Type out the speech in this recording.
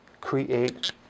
create